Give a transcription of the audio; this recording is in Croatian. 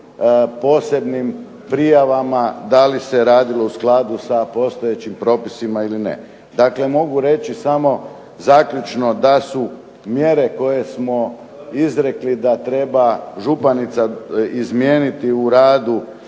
posebnim prijavama da li se radilo u skladu sa postojećim propisima ili ne. Dakle, mogu reći samo zaključno da su mjere koje smo izrekli da treba županica izmijeniti u radu